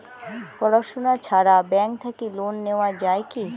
পড়াশুনা ছাড়া ব্যাংক থাকি লোন নেওয়া যায় কি?